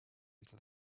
into